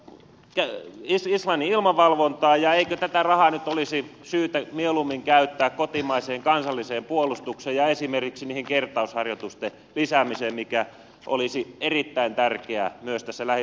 ken esikisaan ilman valvontaa ja eikö tätä rahaa nyt olisi syytä mieluummin käyttää kotimaiseen kansalliseen puolustukseen ja esimerkiksi niihin kertausharjoitusten lisäämiseen mikä olisi erittäin tärkeää myös tässä lähivuosien aikana